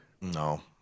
No